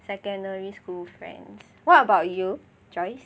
secondary school friends what about you Joyce